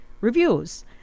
reviews